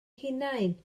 hunain